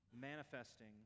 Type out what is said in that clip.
manifesting